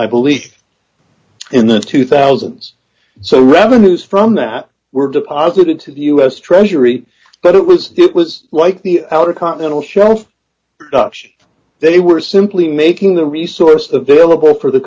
i believed in then to thousands so revenues from that were deposited into the u s treasury but it was it was like the outer continental shelf they were simply making the resource available for the